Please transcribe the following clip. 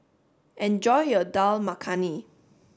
enjoy your Dal Makhani